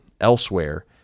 elsewhere